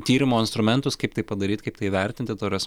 tyrimo instrumentus kaip tai padaryt kaip tai įvertinti ta prasme